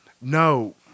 No